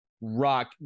rock